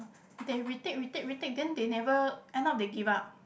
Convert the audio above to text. they retake retake retake then they never end up they give up